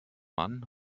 man